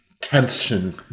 tension